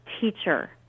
teacher